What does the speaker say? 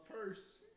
purse